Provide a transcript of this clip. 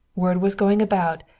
word was going about,